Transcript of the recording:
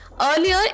Earlier